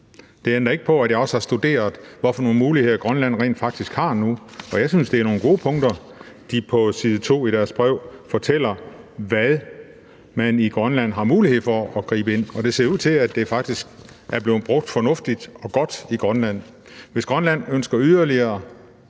heller ikke på, at jeg også har studeret, hvilke muligheder Grønland rent faktisk har nu. Jeg synes, det er nogle gode punkter, når de på side 2 i deres brev fortæller, hvad man i Grønland har mulighed for at gribe ind over for, og det ser ud til, at det faktisk er blevet brugt fornuftigt og godt i Grønland. Hvis Grønland ønsker yderligere